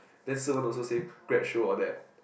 then Si-wen also say grad show all that